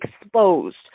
exposed